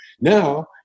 Now